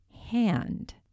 hand